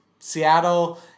Seattle